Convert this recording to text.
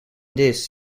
this